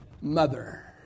Mother